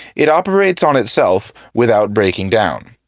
it operates on itself without breaking down.